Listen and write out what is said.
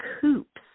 coops